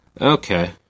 okay